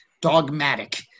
dogmatic